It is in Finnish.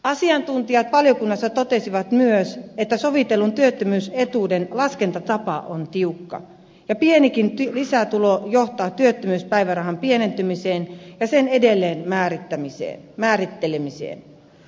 asiantuntijat valiokunnassa totesivat myös että sovitellun työttömyysetuuden laskentatapa on tiukka ja pienikin lisätulo johtaa työttömyyspäivärahan pienentymiseen ja sen uudelleen määrittelemiseen